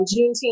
Juneteenth